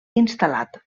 instal·lat